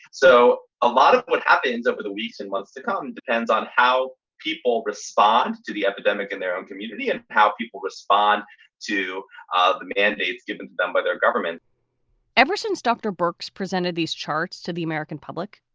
so a lot of what happens over the weeks and months to come depends on how people respond to the epidemic in their own community and how people respond to ah the mandates given to them by their government ever since dr. bourke's presented these charts to the american public,